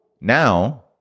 Now